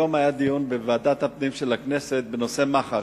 היום התקיים דיון בוועדת הפנים של הכנסת בנושא מח"ש,